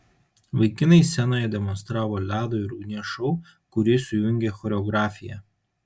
vaikinai scenoje demonstravo ledo ir ugnies šou kurį sujungė choreografija